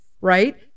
right